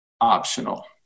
optional